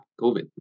COVID